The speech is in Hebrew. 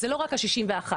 אז זה לא רק ה- 61,